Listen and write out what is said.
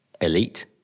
elite